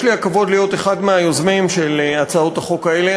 יש לי הכבוד להיות אחד מהיוזמים של הצעות החוק האלה.